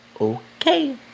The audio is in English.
okay